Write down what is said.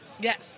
Yes